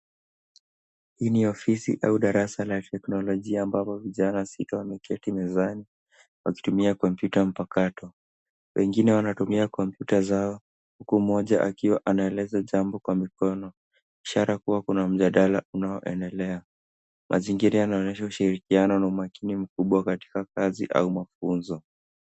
Hii ni ofisini au darasa la teknolojia ambapo vijana sita wameketi mezani wakitumia kompyuta mpakato. Wengine wanatumia kompyuta zao, huku mmoja akiwa anaeleza jambo kwa mikono, ishara kuwa kuna mjadala unaoendelea. Mazingira yanaonyesha ushirikiano na umakini mkubwa katika kazi au mafunzo.